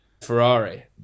Ferrari